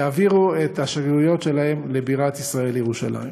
יעבירו את השגרירויות שלהם לבירת ישראל, ירושלים.